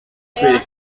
aya